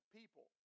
people